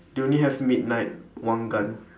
they only have midnight one gun